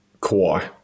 Kawhi